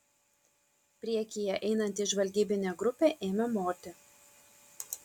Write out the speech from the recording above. priekyje einanti žvalgybinė grupė ėmė moti